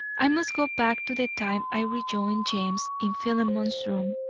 i must go back to the time i rejoined james in philemon's room.